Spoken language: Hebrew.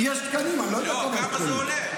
כמה זה עולה?